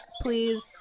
please